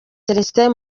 celestin